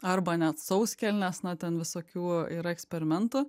arba net sauskelnės na ten visokių yra eksperimentų